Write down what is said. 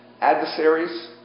Adversaries